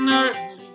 early